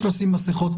תבקשו לשים מסכות,